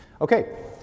Okay